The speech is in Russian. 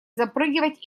запрыгивать